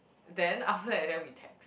then after that then we text